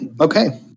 Okay